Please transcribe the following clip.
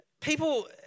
People